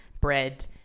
bread